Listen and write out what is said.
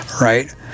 right